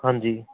ਹਾਂਜੀ